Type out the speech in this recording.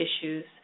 issues